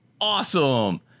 Awesome